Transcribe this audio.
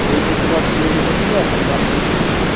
تُہۍ ییٖزیٚو صُبحَس کِلنٕکَس پٮ۪ٹھ وَلہٕ ییٚتی وُچھٕ بہٕ